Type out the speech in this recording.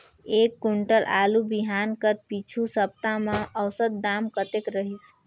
एक कुंटल आलू बिहान कर पिछू सप्ता म औसत दाम कतेक रहिस?